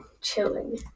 Chilling